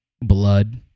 blood